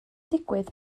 digwydd